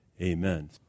Amen